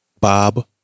Bob